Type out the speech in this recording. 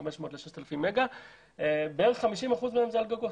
5,500 ל-6,000 מגה ובערך 50% מהם זה על גגות.